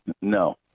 No